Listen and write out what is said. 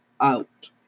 out